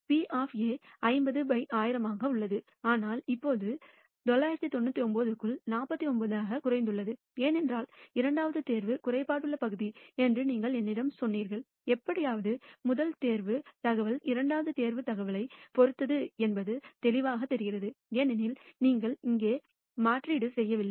P 50 by 1000 ஆக உள்ளது ஆனால் இப்போது அது 999 க்குள் 49 ஆக குறைந்துள்ளது ஏனென்றால் இரண்டாவது தேர்வு குறைபாடுள்ள பகுதி என்று நீங்கள் என்னிடம் சொன்னீர்கள் எப்படியாவது முதல் தேர்வு தகவல் இரண்டாவது தேர்வு தகவலைப் பொறுத்தது என்பது தெளிவாகத் தெரிகிறது ஏனெனில் நீங்கள் இங்கே மாற்றீடு செய்யவில்லை